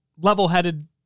level-headed